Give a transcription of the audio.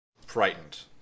Frightened